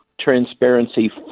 transparency